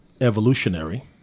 evolutionary